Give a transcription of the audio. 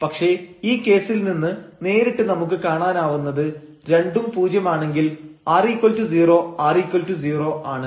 പക്ഷേ ഈ കേസിൽ നിന്ന് നേരിട്ട് നമുക്ക് കാണാനാവുന്നത് രണ്ടും പൂജ്യം ആണെങ്കിൽ r0 r0 ആണ്